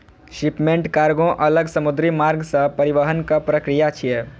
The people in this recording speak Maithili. शिपमेंट कार्गों अलग समुद्री मार्ग सं परिवहनक प्रक्रिया छियै